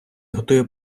готує